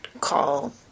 call